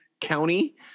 county